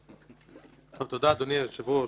תודה, אדוני היושב-ראש.